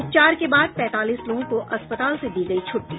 उपचार के बाद पैंतालीस लोगों को अस्पताल से दी गयी छुट्टी